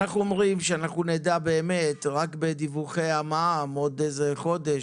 אנחנו אומרים שנדע באמת רק בדיווחי המע"מ עוד חודש.